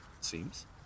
seems